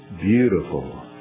beautiful